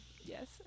Yes